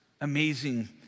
amazing